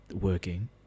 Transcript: working